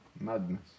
Madness